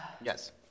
Yes